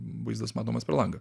vaizdas matomas per langą